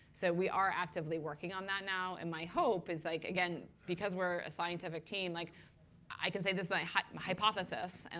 so we are actively working on that now. and my hope is like again, because we're a scientific team, like i can say this is like my hypothesis. and